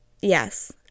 Yes